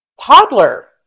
Toddler